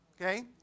Okay